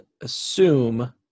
assume